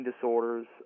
disorders